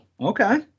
okay